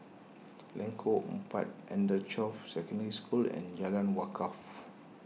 Lengkong Empat Anchorvale Secondary School and Jalan Wakaff